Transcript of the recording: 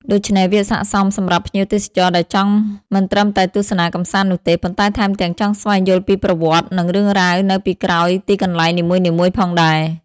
ដូច្នេះ វាស័ក្តិសមសម្រាប់ភ្ញៀវទេសចរដែលចង់មិនត្រឹមតែទស្សនាកម្សាន្តនោះទេ ប៉ុន្តែថែមទាំងចង់ស្វែងយល់ពីប្រវត្តិ និងរឿងរ៉ាវនៅពីក្រោយទីកន្លែងនីមួយៗផងដែរ។